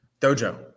dojo